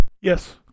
Yes